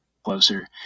closer